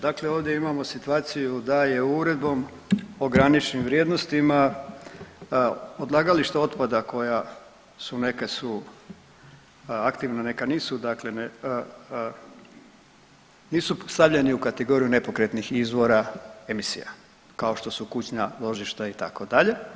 Dakle, ovdje imamo situaciju da je uredbom o graničnim vrijednostima odlagališta otpada koja su, neka su aktivna, neka nisu, dakle nisu stavljeni u kategoriju nepokretnih izvora emisija kao što su kućna ložišta itd.